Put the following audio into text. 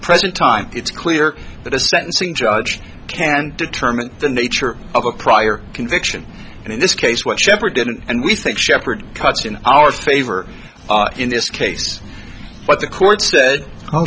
present time it's clear that a sentencing judge can determine the nature of a prior conviction and in this case what shepherd did and we think shepherd cuts in our favor in this case what the court said oh